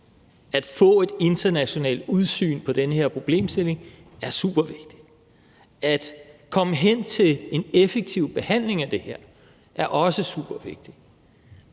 At få et internationalt udsyn på den her problemstilling er supervigtigt. At komme hen til en effektiv behandling af det her er også supervigtigt.